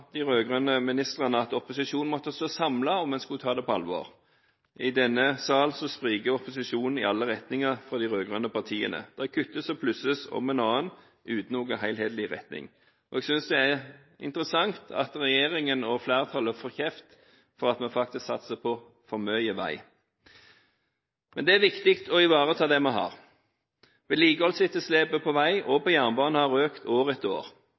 de rød-grønne ministrene om at opposisjonen måtte stå samlet om en skulle ta den på alvor. I denne sal spriker opposisjonen – de rød-grønne partiene – i alle retninger. Det kuttes og plusses om hinannen – uten noe helhetlig retning. Jeg synes det er interessant at regjeringen – og flertallet – får kjeft for at vi satser for mye på vei. Det er viktig å ivareta det vi har. Vedlikeholdsetterslepet på vei og på jernbane har økt år etter år.